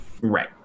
Right